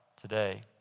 today